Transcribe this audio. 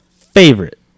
favorite